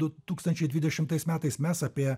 du tūkstančiai dvidešimtais metais mes apie